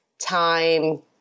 time